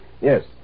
Yes